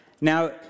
Now